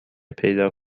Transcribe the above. پیدا